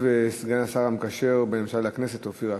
ישיב סגן השר המקשר בין הממשלה לכנסת אופיר אקוניס,